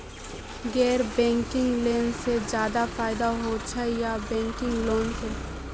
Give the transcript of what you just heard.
गैर banking loan से ज्यादा फायदा होचे या बैंकिंग लोन से?